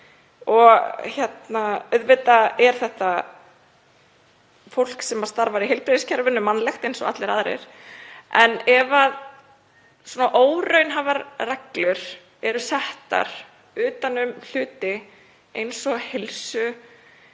Auðvitað er fólk sem starfar í heilbrigðiskerfinu mannlegt eins og allir aðrir en ef svona óraunhæfar reglur eru settar utan um hluti eins og heilsu,